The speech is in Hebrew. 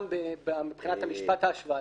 גם מבחינת המשפט ההשוואתי,